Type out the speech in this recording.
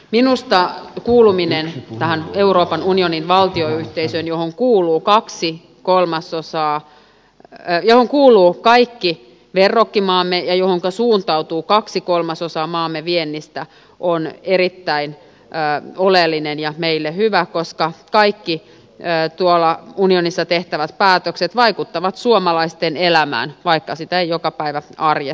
minusta kuuluminen tähän euroopan unionin valtioyhteisöön johon kuuluvat kaikki verrokkimaamme ja johonka suuntautuu kaksi kolmasosaa maamme viennistä on erittäin oleellinen ja meille hyvä koska kaikki tuolla unionissa tehtävät päätökset vaikuttavat suomalaisten elämään vaikka sitä ei joka päivä arjessa näe